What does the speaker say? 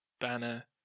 Banner